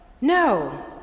No